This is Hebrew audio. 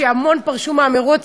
המון פרשו מהמירוץ,